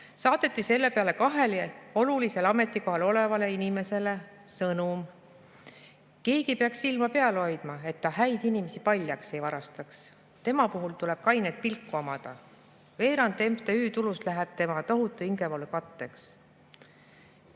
saadeti selle peale kahele olulisel ametikohal olevale inimesele sõnum: "Keegi peaks silma peal hoidma, et ta häid inimesi paljaks ei varastaks. Tema puhul tuleb kainet pilku omada. Veerand MTÜ tulust läheb tema "tohutu hingevalu" katteks."